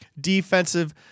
Defensive